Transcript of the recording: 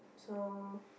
so